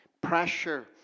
pressure